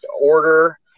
order